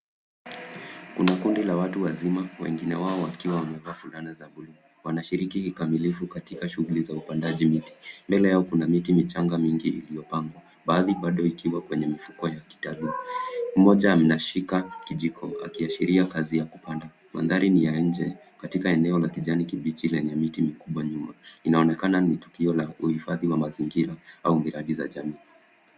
Kuna kundi la watu wazima wengine wao wakiwa wamevaa fulana za bluu. Wanashiriki kikamilifu katika shughuli za upandaji miti. Mbele yao kuna miti michanga mingine iliyopangwa. Baadhi bado ikiwa kwenye mifuko ya kitalu. Moja anashika kijiko akiashiria kazi ya kupanda. Mandhari ni ya nje katika eneo la kijani kibichi lenye mti mkubwa nyuma. Inaonekana ni tukio la kuhifadhi ya mazingira au miradi za jamii.